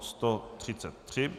133.